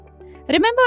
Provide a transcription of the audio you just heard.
Remember